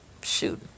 Shoot